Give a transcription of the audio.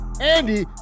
Andy